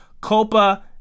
Copa